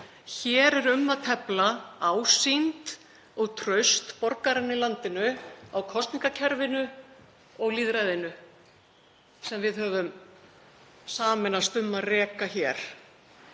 Hér er um að tefla ásýnd og traust borgaranna í landinu á kosningakerfinu og lýðræðinu sem við höfum sameinast um að reka hér.